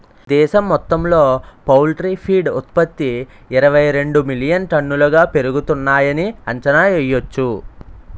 దేశం మొత్తంలో poultry feed ఉత్త్పతి ఇరవైరెండు మిలియన్ టన్నులుగా పెరుగుతున్నాయని అంచనా యెయ్యొచ్చు